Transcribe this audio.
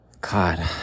god